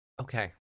Okay